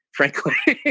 frankly,